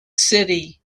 city